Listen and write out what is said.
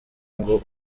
ngo